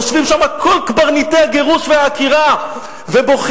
יושבים שם כל קברניטי הגירוש והעקירה ובוכים,